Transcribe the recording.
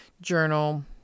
journal